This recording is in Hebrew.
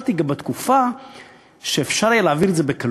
נכשלתי גם בתקופה שאפשר היה להעביר את זה בקלות.